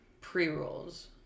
pre-rolls